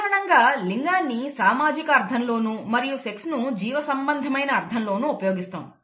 సాధారణంగా లింగాన్ని సామాజిక అర్థంలోనూ మరియు సెక్స్ ను జీవసంబంధమైన అర్థంలోనూ ఉపయోగిస్తాం